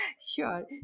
Sure